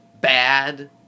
bad